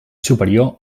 superior